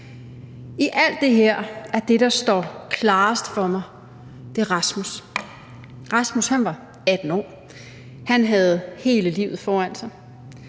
I alt det her er det, der står klarest for mig, eksemplet med Rasmus. Rasmus var 18 år. Han havde hele livet foran sig,